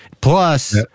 Plus